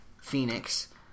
Phoenix